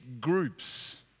groups